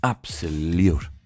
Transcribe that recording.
Absolute